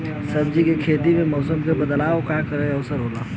सब्जी के खेती में मौसम के बदलाव क का असर होला?